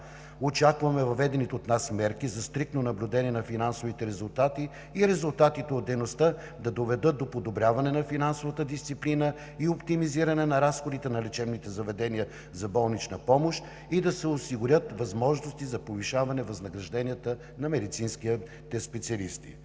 Очакваме въведените от нас мерки за стриктно наблюдение на финансовите резултати и резултатите от дейността да доведат до подобряване на финансовата дисциплина и оптимизиране на разходите на лечебните заведения за болнична помощ и да се осигурят възможности за повишаване на възнагражденията на медицинските специалисти.